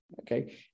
Okay